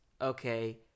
Okay